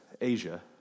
Asia